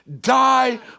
die